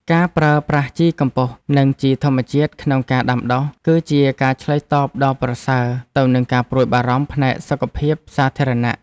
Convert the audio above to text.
ការប្រើប្រាស់ជីកំប៉ុស្តនិងជីធម្មជាតិក្នុងការដាំដុះ គឺជាការឆ្លើយតបដ៏ប្រសើរទៅនឹងការព្រួយបារម្ភផ្នែកសុខភាពសាធារណៈ។